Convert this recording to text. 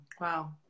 Wow